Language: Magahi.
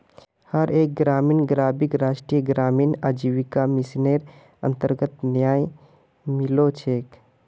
हर एक ग्रामीण गरीबक राष्ट्रीय ग्रामीण आजीविका मिशनेर अन्तर्गत न्याय मिलो छेक